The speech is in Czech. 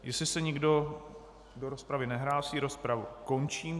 Jestli se nikdo do rozpravy nehlásí, rozpravu končím.